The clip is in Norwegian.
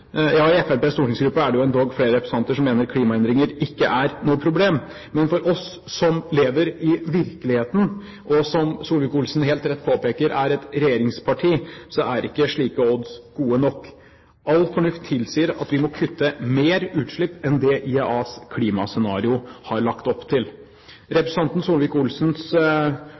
I Fremskrittspartiets stortingsgruppe er det endog flere representanter som mener at klimaendringene ikke er noe problem. Men for oss som lever i virkeligheten, og som Solvik-Olsen helt rett påpeker er et regjeringsparti, er ikke slike odds gode nok. All fornuft tilsier at vi må kutte mer i utslipp enn det IEAs klimascenario har lagt opp til. Representanten